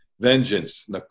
Vengeance